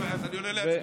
אז אני עולה להצביע.